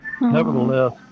Nevertheless